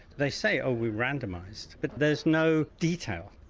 they say oh, we randomised but there's no detail,